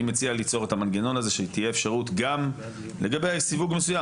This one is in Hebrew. אני מציע ליצור את המנגנון הזה שתהיה אפשרות גם לגבי סיווג מסוים,